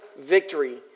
victory